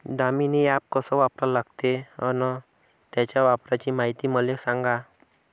Damini app कस वापरा लागते? अन त्याच्या वापराची मायती मले सांगा